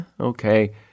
okay